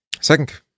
Second